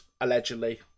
allegedly